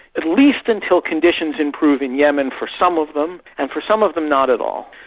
at least until conditions improve in yemen for some of them, and for some of them, not at all.